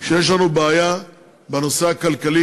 שיש לנו בעיה בנושא הכלכלי,